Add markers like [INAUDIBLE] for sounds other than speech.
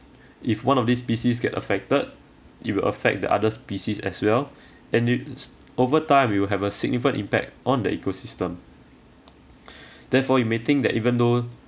if one of these species get affected it will affect the other species as well and it is over time it will have a significant impact on the ecosystem [BREATH] therefore you may think that even though